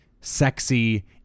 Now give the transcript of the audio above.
sexy